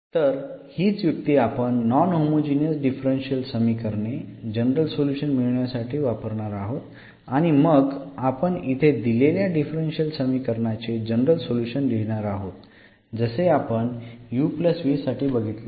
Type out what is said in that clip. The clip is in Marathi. तर हीच युक्ती आपण नॉन होमोजिनियस डिफरन्शियल समीकरणाचे जनरल सोल्युशन मिळवण्यासाठी वापरणार आहोत आणि मग आपण इथे दिलेल्या डिफरन्शियल समीकरणाचे जनरल सोल्युशन लिहिणार आहोत जसे आपण uv साठी बघितले आहे